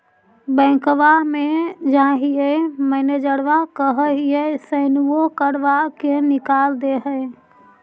बैंकवा मे जाहिऐ मैनेजरवा कहहिऐ सैनवो करवा के निकाल देहै?